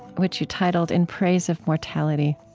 which you titled in praise of mortality.